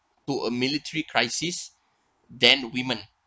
to a military crisis than women